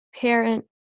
parent